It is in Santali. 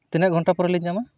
ᱛᱤᱱᱟᱹᱜ ᱜᱷᱚᱱᱴᱟ ᱯᱚᱨᱮᱞᱤᱧ ᱧᱟᱢᱟ